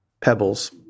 pebbles